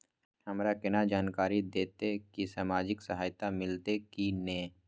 हमरा केना जानकारी देते की सामाजिक सहायता मिलते की ने?